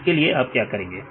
इसके लिए आप क्या करेंगे